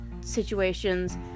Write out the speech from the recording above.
situations